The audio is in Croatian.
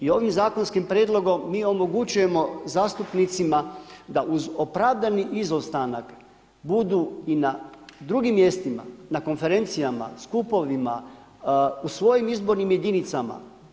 I ovim zakonskim prijedlogom mi omogućujemo zastupnicima da uz opravdani izostanak budu i na drugim mjestima, na konferencijama, skupovima, u svojim izbornim jedinicama.